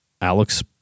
Alex